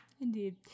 indeed